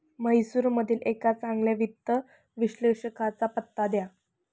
म्हैसूरमधील एका चांगल्या वित्त विश्लेषकाचा पत्ता द्या